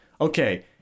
Okay